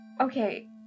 okay